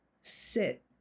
sit